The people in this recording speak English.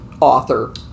author